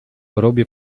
robię